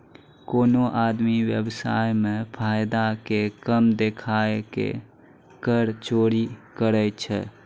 कोनो आदमी व्य्वसाय मे फायदा के कम देखाय के कर चोरी करै छै